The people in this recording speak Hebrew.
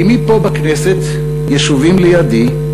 עמי פה בכנסת, ישובים לידי,